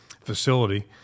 facility